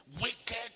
Wicked